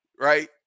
right